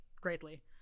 greatly